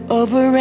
over